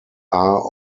are